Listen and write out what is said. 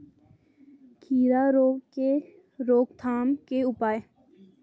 खीरा रोग के रोकथाम के उपाय?